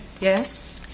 Yes